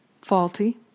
faulty